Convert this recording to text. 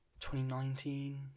2019